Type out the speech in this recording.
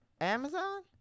Amazon